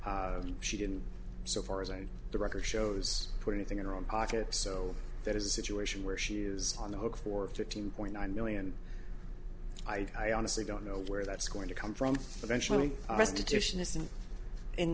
she didn't so far as on the record shows put anything in her own pocket so that is a situation where she is on the hook for fifteen point nine million i i honestly don't know where that's going to come from